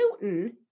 Newton